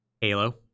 Halo